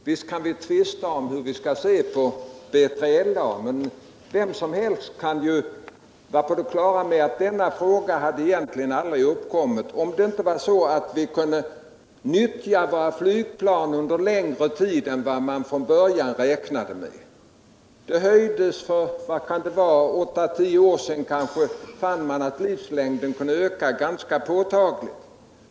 Visst kan vi tvista om hur vi skall s2 på BILA, men alla skall vara på det klara med att denna fråga inte hade uppkommit om det inte förhållit sig så att vi kunnat nyttja våra flygplan under längre tid än vad man från början räknade med. För några år sedan fann man att deras livslängd kunde ökas påtagligt.